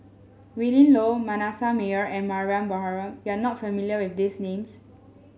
Willin Low Manasseh Meyer and Mariam Baharom you are not familiar with these names